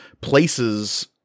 places